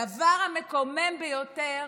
הדבר המקומם ביותר